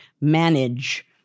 manage